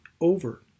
over